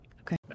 Okay